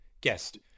guest